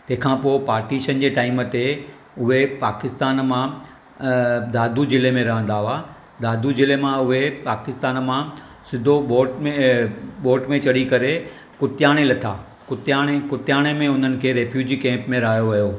तंहिंखां पोइ पारटीशन जे टाइम ते उहे पाकिस्तान मां अ दादू ज़िले में रहंदा हुआ दादू ज़िले मां उहे पाकिस्तान मां सिधो बोट में अ बोट में चढ़ी करे कुतयाणे लथा कुतयाणे कुतयाणे में उन्हनि खे रैफ्यूजी कैम्प में रहायो वियो